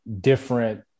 different